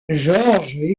georges